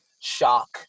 shock